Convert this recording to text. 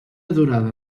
durada